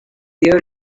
there